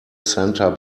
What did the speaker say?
center